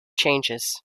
changes